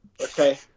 okay